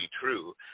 true